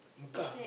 Mecca